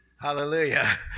Hallelujah